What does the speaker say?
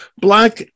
Black